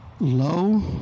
Low